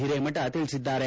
ಹಿರೇಮಠ ತಿಳಿಸಿದ್ದಾರೆ